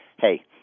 hey